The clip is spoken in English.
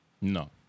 No